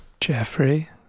Jeffrey